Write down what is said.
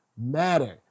matter